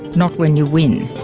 not when you win.